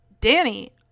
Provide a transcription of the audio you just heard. Danny